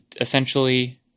essentially